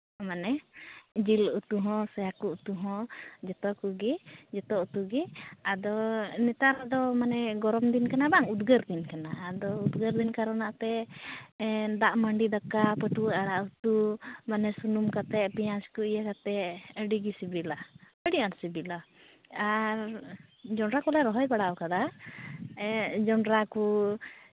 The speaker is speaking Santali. ᱢᱟᱱᱮ ᱡᱤᱞ ᱩᱛᱩ ᱦᱚᱸ ᱥᱮ ᱦᱟᱹᱠᱩ ᱩᱛᱩ ᱦᱚᱸ ᱡᱷᱚᱛᱚ ᱠᱚᱜᱮ ᱡᱷᱚᱛᱚ ᱩᱛᱩ ᱜᱮ ᱟᱫᱚ ᱱᱮᱛᱟᱨᱫᱚ ᱢᱟᱱᱮ ᱜᱚᱨᱚᱢ ᱫᱤᱱ ᱠᱟᱱᱟ ᱵᱟᱝ ᱩᱫᱽᱜᱟᱹᱨ ᱫᱤᱱ ᱠᱟᱱᱟ ᱟᱫᱚ ᱩᱫᱽᱜᱟᱹᱨ ᱫᱤᱱ ᱠᱟᱨᱚᱱᱟᱜ ᱛᱮ ᱫᱟᱜ ᱢᱟᱹᱰᱤ ᱫᱟᱠᱟ ᱵᱟᱹᱛᱩᱣᱟᱹ ᱟᱲᱟᱜ ᱩᱛᱩ ᱢᱟᱱᱮ ᱥᱩᱱᱩᱢ ᱠᱟᱛᱮᱜ ᱯᱮᱸᱭᱟᱡᱽ ᱠᱚ ᱤᱭᱟᱹ ᱠᱟᱛᱮᱜ ᱟᱹᱰᱤᱜᱮ ᱥᱤᱵᱤᱞᱟ ᱟᱹᱰᱤ ᱟᱸᱴ ᱥᱤᱵᱤᱞᱟ ᱟᱨ ᱡᱚᱸᱰᱨᱟ ᱠᱚᱞᱮ ᱨᱚᱦᱚᱭ ᱵᱟᱲᱟᱣ ᱠᱟᱫᱟ ᱡᱚᱸᱰᱨᱟ ᱠᱚ